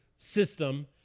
system